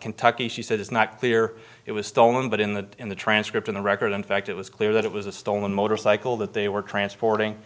kentucky she said it's not clear it was stolen but in the in the transcript in the record in fact it was clear that it was a stolen motorcycle that they were transporting